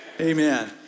Amen